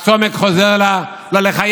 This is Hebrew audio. הסומק חוזר ללחיים.